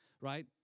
right